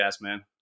man